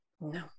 No